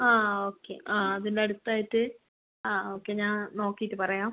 ആ ഓക്കെ ആ അതിന്റടുത്തായിട്ട് ആ ഓക്കെ ഞാൻ നോക്കീട്ട് പറയാം